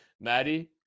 maddie